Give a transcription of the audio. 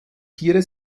tiere